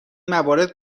موارد